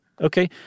Okay